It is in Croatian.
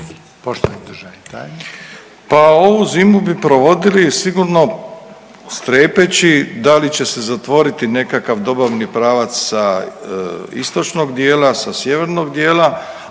Pa ovu zimu bi provodili sigurno strepeći da li će se zatvoriti nekakav dobavni pravac sa istočnog dijela, sa sjevernog dijela,